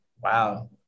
Wow